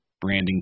branding